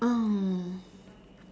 oh